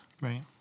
Right